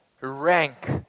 rank